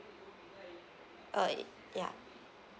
uh ya